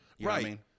Right